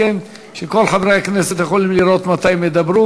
החוק הזה הוא למעשה בתוקף היום,